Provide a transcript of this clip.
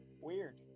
weird